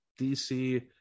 dc